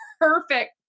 perfect